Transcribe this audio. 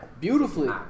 beautifully